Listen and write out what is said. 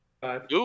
Five